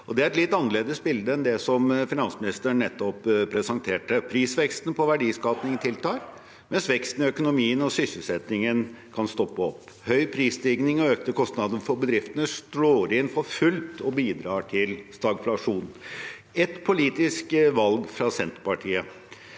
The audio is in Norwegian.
Det er et litt annerledes bilde enn det som finansministeren nettopp presenterte. Prisveksten på verdiskaping tiltar, mens veksten i økonomien og sysselsettingen kan stoppe opp. Høy prisstigning og økte kostnader for bedriftene slår inn for fullt og bidrar til stagflasjon. Et politisk valg fra Senterpartiet